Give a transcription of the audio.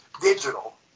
digital